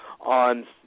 on